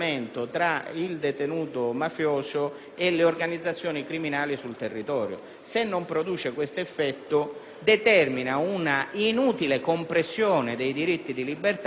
e le organizzazioni criminali sul territorio: se non produce questo effetto determina un'inutile compressione dei diritti di libertà e, quindi, espone